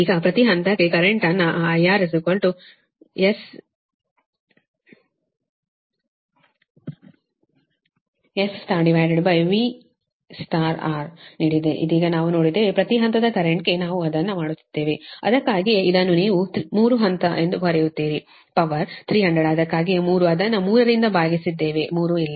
ಈಗ ಪ್ರತಿ ಹಂತಕ್ಕೆ ಕರೆಂಟ್ ಅನ್ನು ಆ IR S3VR ನೀಡಿದೆ ಇದೀಗ ನಾವು ನೋಡಿದ್ದೇವೆ ಪ್ರತಿ ಹಂತದ ಕರೆಂಟ್ ಗೆ ನಾವು ಅದನ್ನು ಮಾಡುತ್ತಿದ್ದೇವೆ ಅದಕ್ಕಾಗಿಯೇ ಇದನ್ನು ನೀವು 3 ಹಂತ ಎಂದು ಕರೆಯುತ್ತೀರಿ ಪವರ್ 300 ಅದಕ್ಕಾಗಿಯೇ ನಾವು 3 ಅದನ್ನು 3 ರಿಂದ ಭಾಗಿಸಿದ್ದೇವೆ 3 ಇಲ್ಲಿದೆ